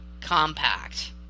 compact